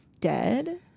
dead